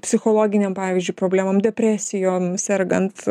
psichologinėm pavyzdžiui problemom depresijom sergant